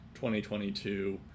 2022